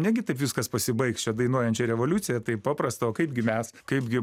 negi taip viskas pasibaigs čia dainuojančia revoliucija taip paprasta o kaipgi mes kaipgi